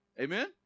amen